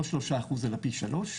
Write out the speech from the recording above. לא 3% אלא פי 3,